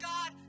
God